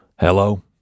Hello